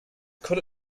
could